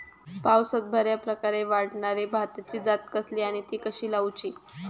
पावसात बऱ्याप्रकारे वाढणारी भाताची जात कसली आणि ती कशी लाऊची?